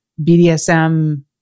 BDSM